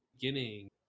beginning